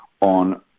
on